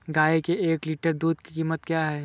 गाय के एक लीटर दूध की कीमत क्या है?